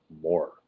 more